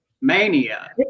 mania